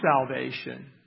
salvation